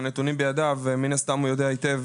הנתונים בידיו ומן הסתם הוא יודע היטב